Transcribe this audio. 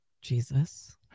Jesus